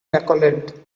decollete